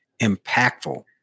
impactful